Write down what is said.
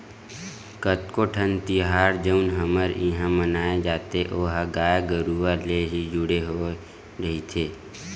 कतको ठन तिहार जउन हमर इहाँ मनाए जाथे ओहा गाय गरुवा ले ही जुड़े होय रहिथे